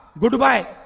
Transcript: goodbye